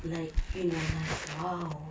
like you know like !wow!